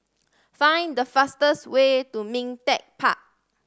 find the fastest way to Ming Teck Park